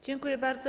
Dziękuję bardzo.